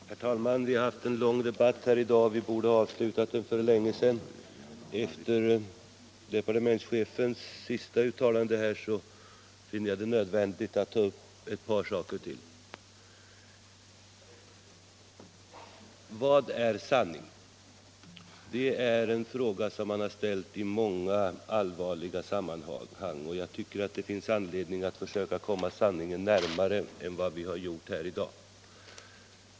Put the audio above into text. Herr talman! Vi har haft en lång debatt här i dag och vi borde ha avslutat den för länge sedan. Efter departementschefens senaste uttalande finner jag det nödvändigt att ta upp ett par saker till. Vad är sanning? Det är en fråga som man har ställt i många allvarliga sammanhang, och jag tycker att det finns anledning att försöka komma sanningen närmare än vi har gjort här i dag.